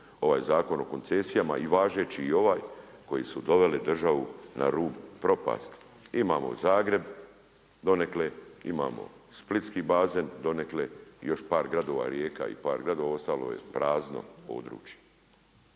ovaj Zakon o koncesijama i važeći i ovaj koji su doveli državu na rub propasti. Imamo Zagreb donekle, imamo splitski bazne donekle i još par gradova, Rijeka i par gradova, ostalo je prazno područje.